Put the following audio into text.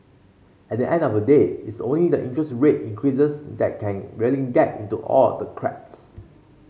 at the end of the day it's only interest rate increases that can really get into all the cracks